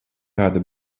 tāda